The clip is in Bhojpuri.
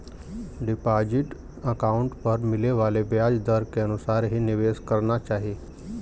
डिपाजिट अकाउंट पर मिले वाले ब्याज दर के अनुसार ही निवेश करना चाही